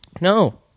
No